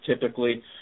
typically